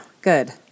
Good